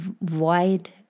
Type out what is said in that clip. wide